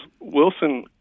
Wilson